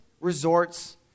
resorts